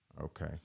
Okay